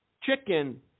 chicken